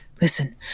Listen